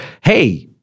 hey